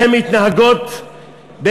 ואתה יודע איך הן מתנהגות,